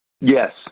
Yes